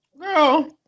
Girl